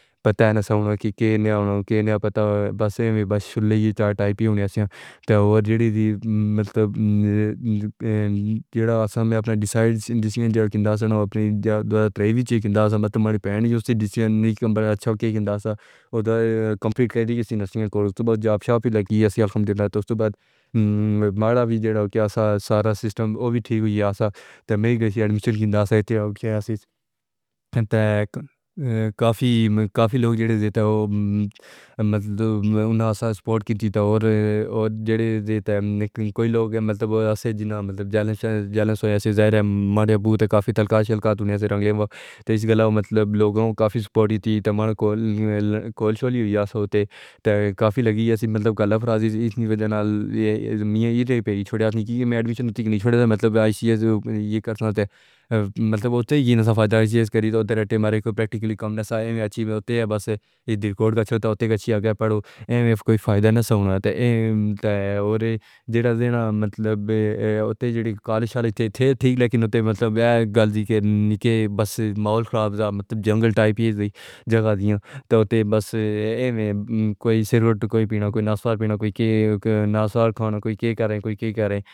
پتا ہے نا کہ کیا نیا ہونا ہوگا، نیا پتہ ہے بس میں بس چلی جاتی ہے اسی طرح۔ دیر سے مطلب ہے جہاں آسان ہے اپنا ڈیزائن ہندوستان کے انداز میں ہے، وہ اپنی جگہ پر آئی ہوئی ہے۔ میری بہن نے اسے ڈیزائن کرکے کہا تھا کہ یہ کہیں اور انداز ہے۔ کمپیوٹر کے کورس تو آپ صاف ستھرے ہیں، ہمارا دل ہے تو بعد میں مڑا بھی۔ یہاں سارا سسٹم ٹھیک ہوا ہے، اڈمیشن کے انداز سے تھے۔ کافی لوگوں نے دیا، وہ مطلب منہ سپورٹ کرتا تھا اور جڑیں دیتا ہے۔ کوئی لوگ مطلب، ہمارے پول تو کافی تلخ اشک ہوتے ہیں، رنگ لے تو گلا۔ لوگوں کو کافی سپورٹ تھی، تمنا کھولی ہوئی ہے تو کافی لگی ہوئی ہے۔ گالا فراہم رہی ہے، اس لیے میں نے یہاں پریشوں سے کہا کہ میڈیکل کالج میں اڈمیشن لینے کا مطلب یہ کر سکتا ہے۔ اسی طرح فائدہ اٹھایا، ہمارا پریکٹکل کم ہے سائیں۔ اچھی ہوتی ہے بس، دیکھو کہ کیا اچھا ہوتا ہے، کچھ اگلا بڑھاؤ۔ ایسے کوئی فائدہ نہیں سنا تھا، جدوجہد مطلب ہوتی ہے۔ جھڑی کالج والے تھے، لیکن گل کے نہیں، بس ماحول خراب تھا۔ جنگل ٹائپ جگہ دی تھی، بس ایویں کوئی سر ورگ، کوئی پینا، کوئی نہ پینا، کوئی نہ کھانا، کوئی اِدھر کر رہے ہیں، کوئی اُدھر کر رہے ہیں۔